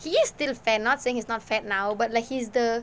he is still fair not saying is not fat now but like he's the